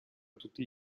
tutti